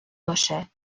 باشه